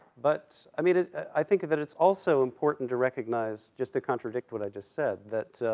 but, i mean, i think that it's also important to recognize, just to contradict what i just said, that,